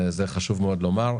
זה חשוב מאוד לומר.